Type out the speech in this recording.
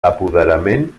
apoderament